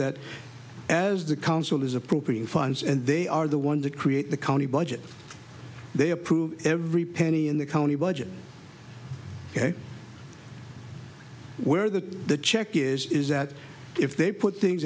that as the council is appropriate funds and they are the ones that create the county budget they approve every penny in the county budget where that the check is is that if they put things